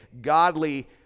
godly